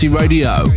Radio